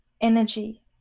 energy